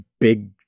big